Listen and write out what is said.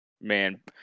Man